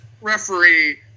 referee